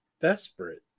desperate